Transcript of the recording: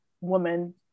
woman